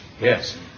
Yes